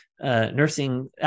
nursing